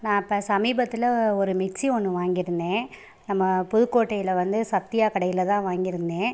நான் இப்போ சமீபத்தில் ஒரு மிக்ஸி ஒன்று வாங்கியிருந்தேன் நம் புதுக்கோட்டையில் வந்து சத்யா கடையில் தான் வாங்கியிருந்தேன்